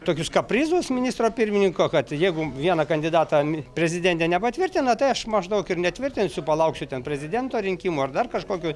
tokius kaprizus ministro pirmininko kad jeigu vieną kandidatą prezidentė nepatvirtina tai aš maždaug ir netvirtinsiu palauksiu ten prezidento rinkimų ar dar kažkokių